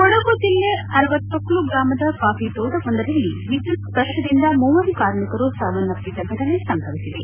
ಕೊಡಗು ಜಿಲ್ಲೆ ಅರ್ವತ್ತೊಕ್ಲು ಗ್ರಾಮದ ಕಾಫಿ ತೋಟವೊಂದರಲ್ಲಿ ವಿದ್ದುತ್ ಸ್ವರ್ಶದಿಂದ ಮೂವರು ಕಾರ್ಮಿಕರು ಸಾವನ್ನಪ್ಪಿದ ಘಟನೆ ಸಂಭವಿಸಿದೆ